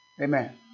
Amen